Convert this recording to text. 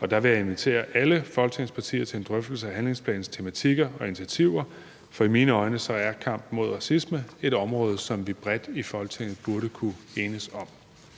og der vil jeg invitere alle Folketingets partier til en drøftelse af handlingsplanens tematikker og initiativer, for i mine øjne er kampen mod racisme et område, som vi bredt i Folketinget burde kunne enes om.